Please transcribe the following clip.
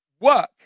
work